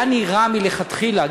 היה נראה מלכתחילה,